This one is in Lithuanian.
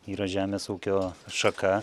yra žemės ūkio šaka